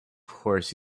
course